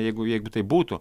jeigu jeigu taip būtų